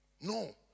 no